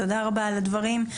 תודה רבה על הדברים.